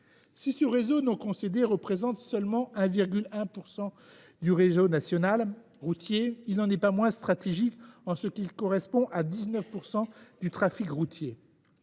Si le réseau non concédé représente seulement 1,1 % du réseau routier national, il n’en est pas moins stratégique en ce qu’il concentre 19 % du trafic routier.